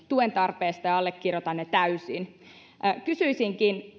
tuen tarpeesta ja allekirjoitan ne täysin kysyisinkin